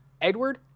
Edward